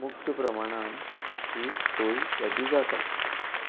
मुख्य प्रमाणान ही सोय त्याची जाता